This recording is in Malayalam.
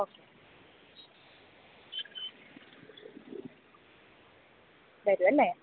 ആ മാഗസിൻസ് ഉണ്ട് മാഗസിൻസും ഉണ്ടല്ലോ കൗമുദി മറ്റേ ആഴ്ചപതിപ്പ് എല്ലാം ഉണ്ട്